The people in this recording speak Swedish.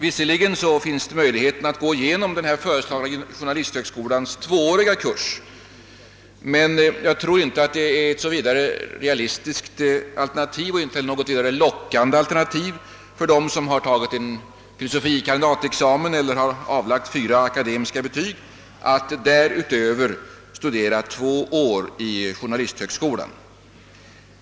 Visserligen finns möjligheter att gå igenom den föreslagna journalisthögskolans tvååriga kurs, men jag tror inte att det är vare sig ett realistiskt eller lockande alternativ för dem som har tagit en fil. kand. eller fyra akademiska betyg att därutöver studera i två år i journalisthögskola.